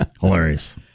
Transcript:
Hilarious